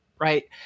right